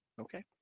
Okay